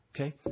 Okay